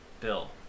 Bill